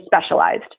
specialized